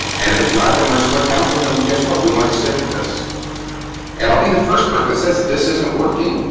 and if it's not then we're split council then guess what we might stick with this and i'll be the first person that says if this isn't working,